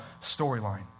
storyline